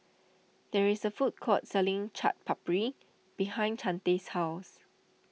there is a food court selling Chaat Papri behind Chante's house